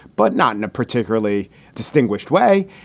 but not in a particularly distinguished way,